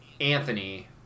Anthony